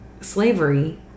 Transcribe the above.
slavery